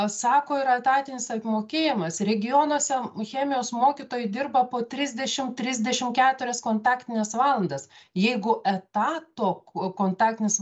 sako yra etatinis apmokėjimas regionuose chemijos mokytojai dirba po trisdešim trisdešim keturias kontaktines valandas jeigu etato kontaktinis